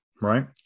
right